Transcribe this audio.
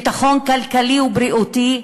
ביטחון כלכלי ובריאותי,